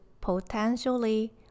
potentially